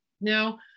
Now